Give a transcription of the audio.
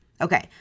Okay